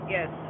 Yes